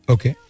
Okay